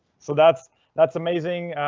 so that's that's amazing.